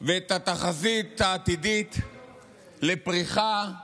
ואת התחזית העתידית לפריחה ולייצוב,